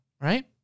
right